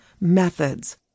methods